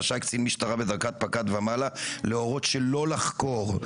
רשאי קצין משטרה בדרגת פקד ומעלה להורות שלא לחקור.